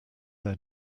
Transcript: their